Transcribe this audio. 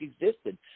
existed